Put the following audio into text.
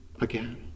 again